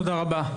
תודה רבה.